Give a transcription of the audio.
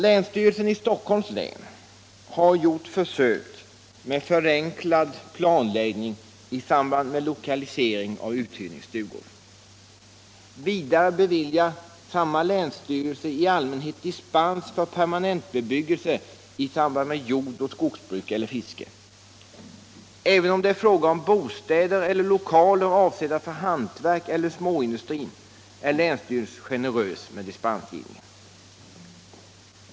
Länsstyrelsen i Stockholms län har gjort försök med förenklad planläggning i samband med lokalisering av uthyrningsstugor. Vidare beviljar samma länsstyrelse i allmänhet dispens för permanentbebyggelse i samband med jordoch skogsbruk eller fiske. Även om det är fråga om bostäder eller lokaler avsedda för hantverk eller småindustri är länsstyrelsen generös med dispensgivningen.